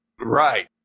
Right